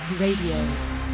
Radio